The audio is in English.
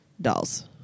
dolls